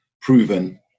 Proven